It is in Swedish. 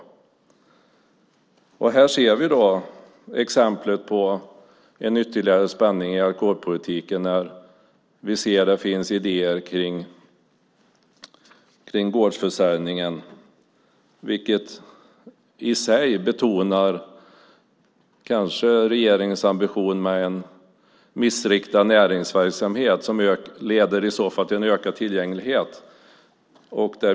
I idéerna om gårdsförsäljning ser vi exempel på en ytterligare spänning i alkoholpolitiken, vilket i sig kanske betonar regeringens missriktade ambition med en näringsverksamhet som i så fall leder till en ökad tillgänglighet.